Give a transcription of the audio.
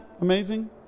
amazing